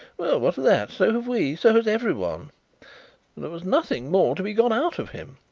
well, what of that? so have we so has everyone there was nothing more to be got out of him,